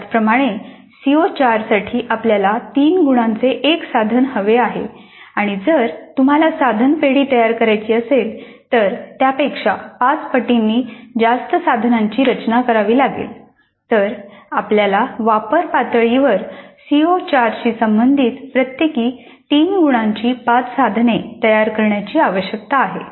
त्याचप्रमाणे सीओ 4 साठी आपल्याला तीन गुणांचे एक साधन हवे आहे आणि जर तुम्हाला साधन पेढी तयार करायची असेल तर त्यापेक्षा पाच पटींनी जास्त साधनांची रचना करावी लागेल तर आपल्याला वापर पातळीवर सीओ 4 शी संबंधित प्रत्येकी 3 गुणांची पाच साधने तयार करण्याची आवश्यकता आहे